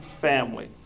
Family